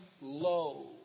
low